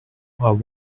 are